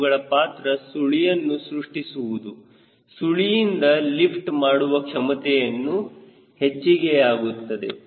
ಅವುಗಳ ಪಾತ್ರ ಸುಳಿಯನ್ನು ಸೃಷ್ಟಿಸುವುದು ಸುಳಿಯಿಂದ ಲಿಫ್ಟ್ ಮಾಡುವ ಕ್ಷಮತೆಯು ಹೆಚ್ಚಿಗೆಯಾಗುತ್ತದೆ